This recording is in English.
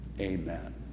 Amen